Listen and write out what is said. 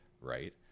right